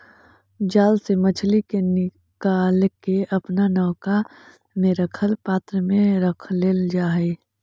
जाल से मछली के निकालके अपना नौका में रखल पात्र में रख लेल जा हई